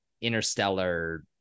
interstellar